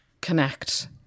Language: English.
connect